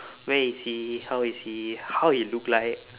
where is he how is he how he look like